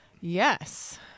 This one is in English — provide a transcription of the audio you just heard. Yes